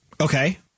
okay